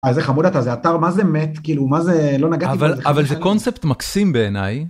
איזה חמוד אתה זה אתר מה זה מת, כאילו מה זה לא נגעתי בו בכלל. אבל אבל זה קונספט מקסים בעיניי.